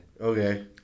Okay